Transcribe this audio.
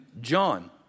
John